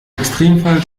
extremfall